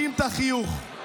חבר קבינט.